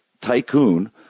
tycoon